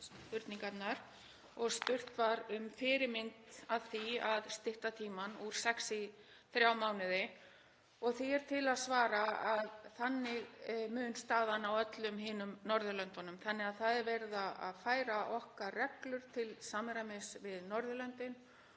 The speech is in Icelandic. spurningarnar. Spurt var um fyrirmynd að því að stytta tímann úr sex í þrjá mánuði. Því er til að svara að þannig mun staðan vera á öllum öðrum Norðurlöndum þannig að það er verið að færa okkar reglur til samræmis við önnur Norðurlönd.